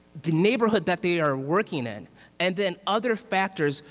the neighborhood that they are working in and then other factors,